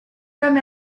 comme